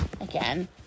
again